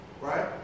right